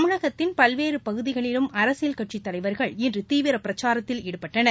தமிழகத்தின் பல்வேறுபகுதிகளிலும் அரசியல் கட்சித்தலைவர்கள் இன்றதீவிரபிரச்சாரத்தில் ஈடுபட்டனர்